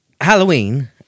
Halloween